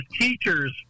teachers